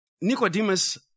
Nicodemus